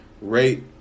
rate